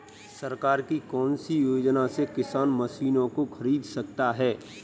सरकार की कौन सी योजना से किसान मशीनों को खरीद सकता है?